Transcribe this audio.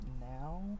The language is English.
now